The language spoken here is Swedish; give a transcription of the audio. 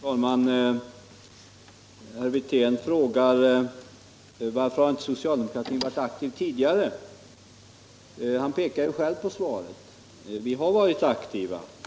Herr talman! Herr Wirtén frågar varför inte socialdemokratin har varit aktiv tidigare. Han pekar ju själv på svaret, vi har varit aktiva.